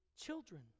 Children